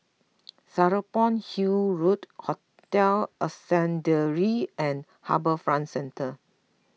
Serapong Hill Road Hotel Ascendere and HarbourFront Centre